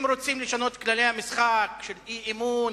אם רוצים לשנות את כללי המשחק של אי-אמון,